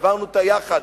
העברנו אותה יחד